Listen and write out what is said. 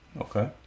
Okay